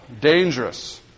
dangerous